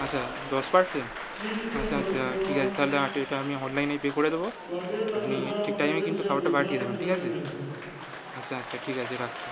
আচ্ছা দশ পার্সেন্ট আচ্ছা আচ্ছা ঠিক আছে তাহলে আট এটা আমি অনলাইনেই পে করে দেবো আপনি ঠিক টাইমে কিন্তু খাবারটা পাঠিয়ে দেবেন ঠিক আছে আচ্ছা আচ্ছা ঠিক আছে রাখছি